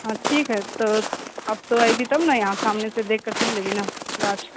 हँ ठीक हइ तो अब तोँ अयबी तब ने यहाँ सामने से देखके फिर लेबही ने गाछ